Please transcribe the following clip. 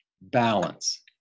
balance